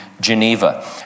Geneva